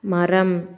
மரம்